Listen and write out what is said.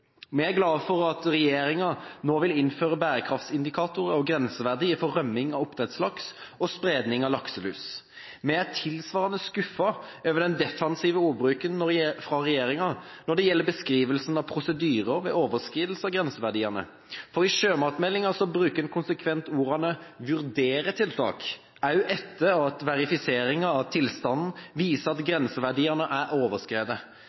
Vi er glade for at regjeringen nå vil innføre bærekraftsindikatorer og grenseverdier for rømming av oppdrettslaks og spredning av lakselus. Vi er tilsvarende skuffet over den defensive ordbruken fra regjeringen når det gjelder beskrivelsen av prosedyrer ved overskridelse av grenseverdier, for i sjømatmeldingen brukes konsekvent ordene «vurdere tiltak» også etter at verifiseringen av tilstanden viser at grenseverdiene er overskredet.